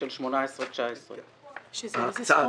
של 2019-2018. כן.